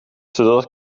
zodat